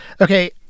Okay